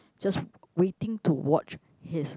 just waiting to watch his